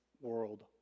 world